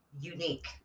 unique